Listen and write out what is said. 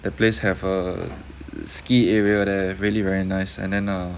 the place have a ski area they're really very nice and then err